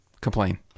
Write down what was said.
Complain